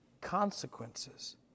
consequences